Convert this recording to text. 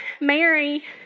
Mary